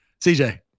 CJ